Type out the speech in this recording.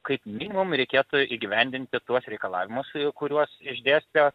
kaip minimum reikėtų įgyvendinti tuos reikalavimus kuriuos išdėstė